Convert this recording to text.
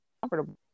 comfortable